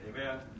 Amen